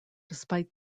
despite